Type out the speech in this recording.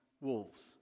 wolves